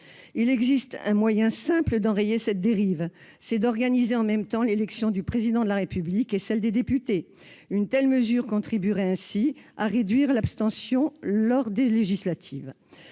Il existe un moyen simple d'enrayer cette dérive : organiser en même temps l'élection du Président de la République et celle des députés. Une telle mesure contribuerait également à réduire l'abstention lors des élections